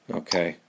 okay